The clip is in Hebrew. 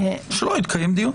שלא יתקיים דיון.